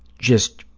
just